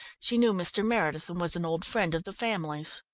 she knew mr. meredith and was an old friend of the family's.